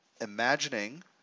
Imagining